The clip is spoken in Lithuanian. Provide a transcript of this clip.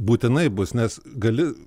būtinai bus nes gali